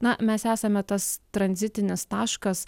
na mes esame tas tranzitinis taškas